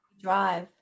Drive